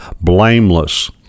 blameless